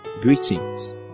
Greetings